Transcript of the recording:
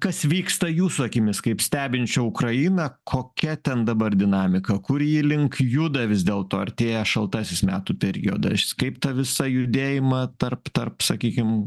kas vyksta jūsų akimis kaip stebinčio ukrainą kokia ten dabar dinamika kur ji link juda vis dėlto artėja šaltasis metų periodas kaip tą visą judėjimą tarp tarp sakykim